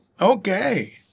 Okay